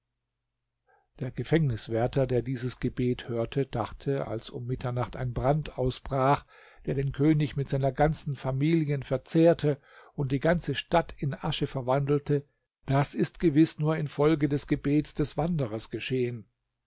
der gefängniswärter der dieses gebet hörte dachte als um mitternacht ein brand ausbrach der den könig mit seiner ganzen familie verzehrte und die ganze stadt in asche verwandelte das ist gewiß nur in folge des gebets des wanderers geschehen